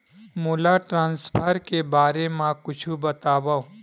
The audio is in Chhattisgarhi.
मोला ट्रान्सफर के बारे मा कुछु बतावव?